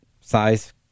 size